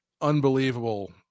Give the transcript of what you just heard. unbelievable –